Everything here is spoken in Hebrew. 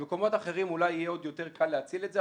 במקומות אחרים אולי יהיה עוד יותר קל להציל את זה,